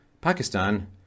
Pakistan